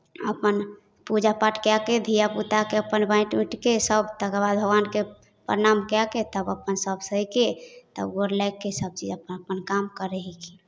अपन पूजा पाठ कए कऽ धिया पुताकेँ अपन बाँटि उटि कऽ सभ तकर बाद भगवानकेँ प्रणाम कए कऽ तब अपन सभ सहि कऽ तब गोर लागि कऽ सभचीज अपन अपन काम करै हेलखिन